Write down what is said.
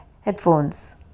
headphones